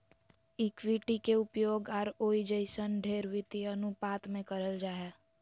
equity के उपयोग ROE जइसन ढेर वित्तीय अनुपात मे करल जा हय